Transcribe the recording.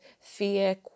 fear